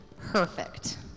perfect